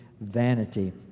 vanity